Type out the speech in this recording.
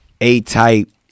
A-type